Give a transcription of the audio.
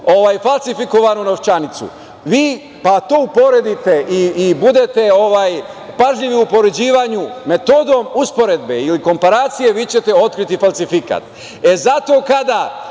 falsifikovanu novčanicu, pa to uporedite i budete pažljivi u upoređivanju metodom usporedbe ili komparacije, vi ćete otkriti falsifikat. Zato kada